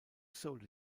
sold